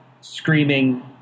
screaming